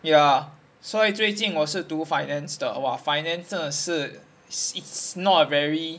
ya 所以最近我是读 finance 的 !wah! finance 真的是 s~ it's not a very